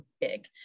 big